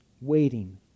Waiting